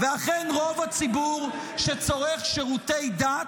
ואכן, רוב הציבור שצורך שירותי דת,